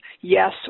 yes